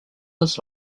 his